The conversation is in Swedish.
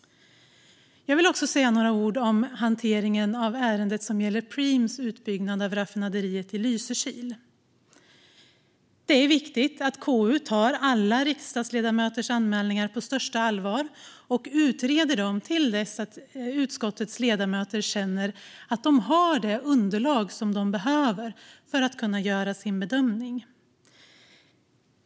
Jag vill också säga några ord om hanteringen av ärendet som gäller Preems utbyggnad av raffinaderiet i Lysekil. Det är viktigt att konstitutionsutskottet tar alla riksdagsledamöters anmälningar på största allvar och utreder dem till dess att utskottets ledamöter känner att de har det underlag som de behöver för att kunna göra sin bedömning.